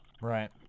Right